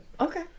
Okay